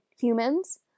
humans